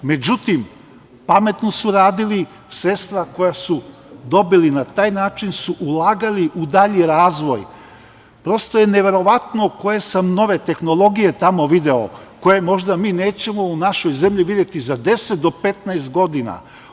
Međutim, pametno su uradili, sredstva koja su dobili na taj način su ulagali u dalji razvoj, prosto je neverovatno koje sam nove tehnologije tamo video, koje možda mi nećemo u našoj zemlji videti za 10 do 15 godina.